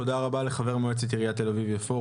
תודה רבה לחבר מועצת עיריית תל אביב-יפו,